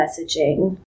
messaging